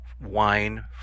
wine